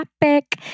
epic